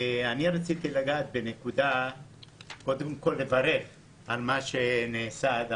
אני רוצה קודם כל לברך על מה שנעשה עד